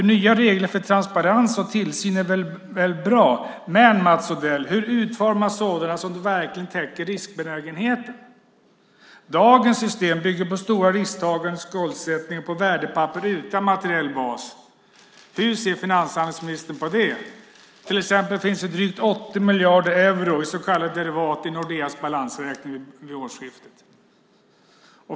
Nya regler om transparens och tillsyn är väl bra. Men, Mats Odell, hur utforma sådana så att de verkligen täcker riskbenägenheten? Dagens system bygger på stora risktaganden, skuldsättning och värdepapper utan materiell bas. Hur ser finanshandelsministern på det? Till exempel fanns det drygt 80 miljarder euro i så kallade derivat i Nordeas balansräkning vid årsskiftet.